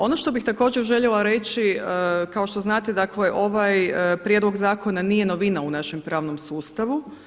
Ono što bih također željela reći, kao što znate dakle ovaj prijedlog zakona nije novina u našem pravnom sustavu.